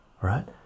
right